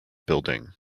building